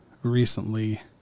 recently